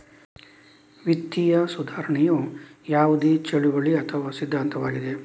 ವಿತ್ತೀಯ ಸುಧಾರಣೆಯು ಯಾವುದೇ ಚಳುವಳಿ ಅಥವಾ ಸಿದ್ಧಾಂತವಾಗಿದೆ